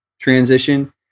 transition